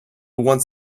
wants